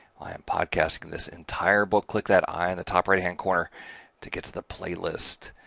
i am podcasting this entire book. click that i in the top right-hand corner to get to the playlist.